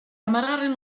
hamargarren